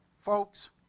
Folks